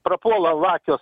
prapuola lakios